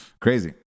crazy